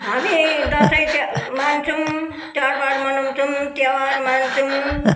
हामी दसैँ मान्छौँ चाडबाड मनाउछौँ तिहार मान्छौँ